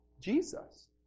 Jesus